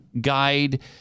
guide